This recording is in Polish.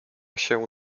się